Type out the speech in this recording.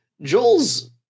Joel's